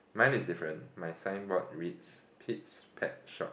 mine is different my signboard reads Pete's pet shop